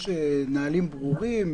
יש נהלים ברורים?